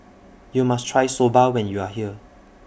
YOU must Try Soba when YOU Are here